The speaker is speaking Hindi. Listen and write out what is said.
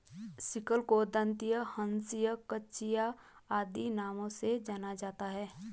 सिक्ल को दँतिया, हँसिया, कचिया आदि नामों से जाना जाता है